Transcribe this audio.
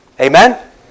Amen